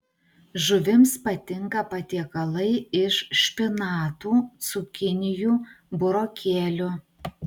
žuvims patinka patiekalai iš špinatų cukinijų burokėlių